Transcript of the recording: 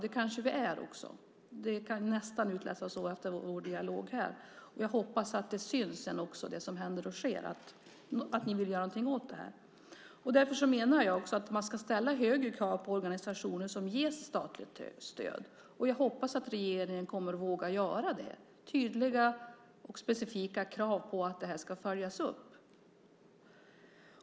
Det kanske vi är också - det kan nästan utläsas av vår dialog här. Jag hoppas att det som händer och sker sedan syns och att ni vill göra någonting åt det här. Därför menar jag att man ska ställa högre krav på organisationer som ges statligt stöd. Jag hoppas att regeringen kommer att våga göra det, att ställa tydliga och specifika krav på att det här ska följas upp.